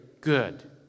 good